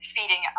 Feeding